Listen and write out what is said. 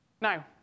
Now